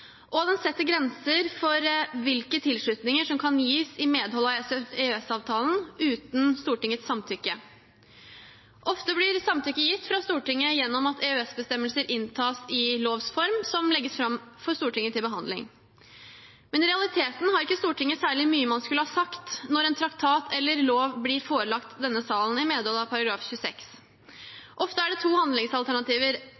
og den setter grenser for hvilke tilslutninger som kan gis i medhold av EØS-avtalen uten Stortingets samtykke. Ofte blir samtykke gitt av Stortinget gjennom at EØS-bestemmelser inntas i lovs form og legges fram for Stortinget til behandling. Men i realiteten har ikke Stortinget særlig mye de skulle ha sagt når en traktat eller lov blir forelagt denne salen i medhold av